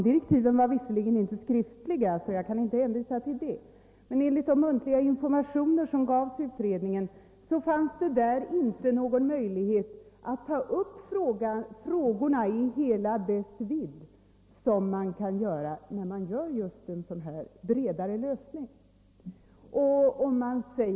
De var visserligen inte skriftliga, så jag kan inte hänvisa till någon text, men enligt de muntliga informationer som gavs utredningen fanns det inte någon möjlighet att där ta upp frågorna i hela deras vidd, vilket man kan göra i samband med en sådan här bredare lösning.